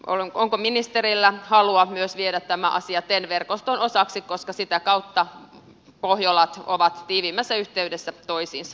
onko ministerillä halua myös viedä tämä asia ten verkoston osaksi koska sitä kautta pohjoismaat ovat tiiviimmässä yhteydessä toisiinsa